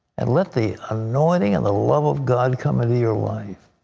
and let the anointing and the love of god come into your life.